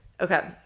okay